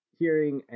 hearing